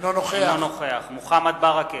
אינו נוכח מוחמד ברכה,